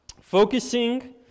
Focusing